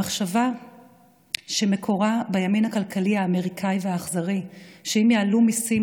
המחשבה שמקורה בימין הכלכלי האמריקאי והאכזרי שאם יעלו מיסים,